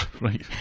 Right